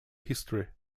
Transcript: history